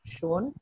shown